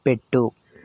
పెట్టు